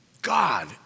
God